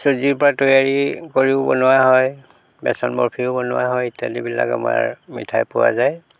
চুজিৰ পৰা তৈয়াৰী কৰিও বনোৱা হয় বেচন বৰফিও বনোৱা হয় ইত্যাদিবিলাক আমাৰ মিঠাই পোৱা যায়